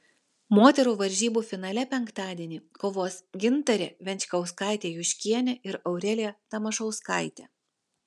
moterų varžybų finale penktadienį kovos gintarė venčkauskaitė juškienė ir aurelija tamašauskaitė